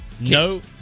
No